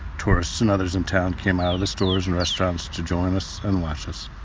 tourists and others in town came out of the stores and restaurants to join us and watch us.